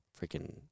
freaking